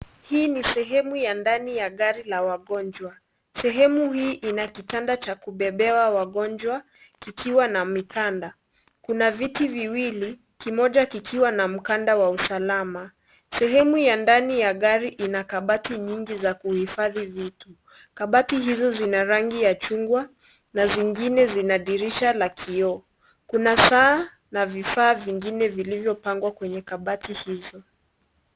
Hii ni sehemu ya ndani ya gari la wagonjwa. Sehemu hii ina kitanda cha kubebewa wagonjwa kikiwa na mikanda. Kuna viti viwili, kimoja kikiwa na mkanda wa usalama. Sehemu ya ndani ya gari ina kabati nyingi za kuhifadhi vitu. Kabati hizo zina rangi ya chungwa na zingine zina dirisha la kioo. Kuna saa na vifaa vingine vilivyopangwa kwenye kabati hizo.